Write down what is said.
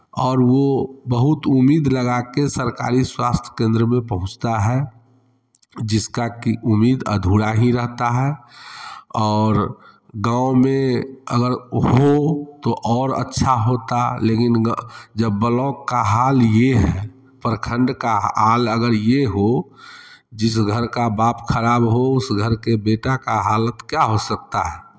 और वो बहुत उम्मीद लगा के सरकारी स्वास्थ्य केंद्र में पहुँचता है जिसका कि उम्मीद अधूरा ही रहता है और गाँव में अगर हो तो और अच्छा होता लेकिन गा जब बलोक का हाल ये है प्रखंड का हाल अगर ये हो जिस घर का बाप खराब हो उसे घर के बेटा का का हालत क्या हो सकता है